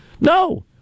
No